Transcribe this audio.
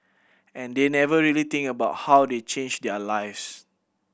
and they never really think about how they change their lives